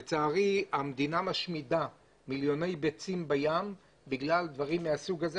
לצערי המדינה משמידה מיליוני ביצים בים בגלל דברים מהסוג הזה,